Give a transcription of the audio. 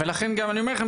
ולכן גם אני אומר לכם,